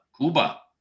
cuba